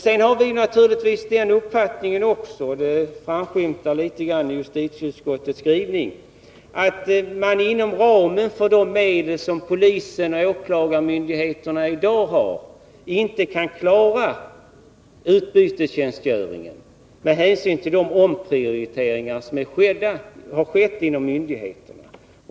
Vi har naturligtvis också den uppfattningen — detta framskymtar i justitieutskottets skrivning — att man inom ramen för de medel som polisen och åklarmyndigheterna i dag har inte kan klara utbytestjänstgöringen med hänsyn till de omprioriteringar som har skett inom myndigheterna.